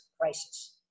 crisis